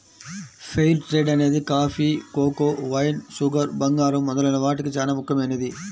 fair trade అనేది coffee, cocoa, wine, sugar, బంగారం మొదలైన వాటికి చానా ముఖ్యమైనది